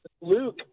Luke